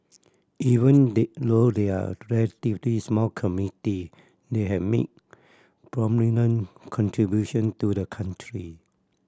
even they though they are a relatively small community they have made prominent contribution to the country